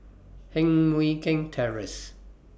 Heng Mui Keng Terrace